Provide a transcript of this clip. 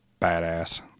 badass